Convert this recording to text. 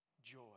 Joy